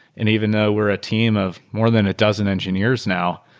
and even though we're a team of more than a dozen engineers now,